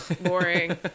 boring